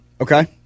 Okay